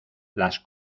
las